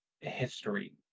history